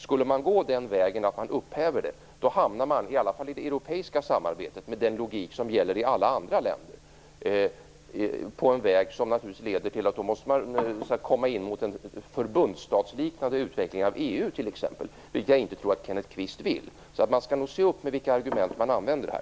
Skulle man upphäva det hamnar man, i alla fall i det europeiska samarbetet med den logik som gäller i alla andra länder, på en väg som leder till en förbundsstatsliknande utveckling av EU, vilket jag inte tror att Kenneth Kvist vill. Man skall nog se upp med vilka argument man använder här.